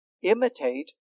imitate